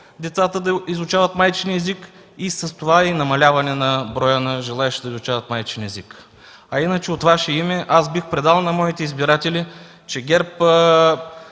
децата да изучават майчин език, а с това и намаляване на броя на желаещите да го изучават. Иначе от Ваше име аз бих предал на моите избиратели, че ГЕРБ